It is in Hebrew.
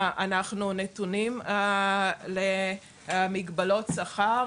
אנחנו נתונים למגבלות שכר